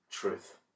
Truth